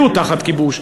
הם היו תחת כיבוש,